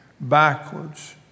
backwards